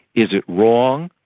is it wrong?